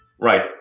Right